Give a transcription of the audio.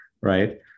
right